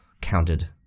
counted